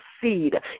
seed